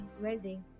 welding